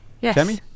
Yes